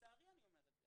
לצערי אני אומר את זה,